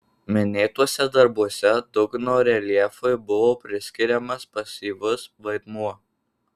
minėtuose darbuose dugno reljefui buvo priskiriamas pasyvus vaidmuo